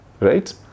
right